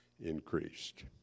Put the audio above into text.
increased